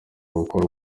gukora